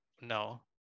no